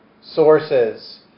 sources